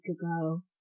ago